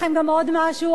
אדוני סגן השר,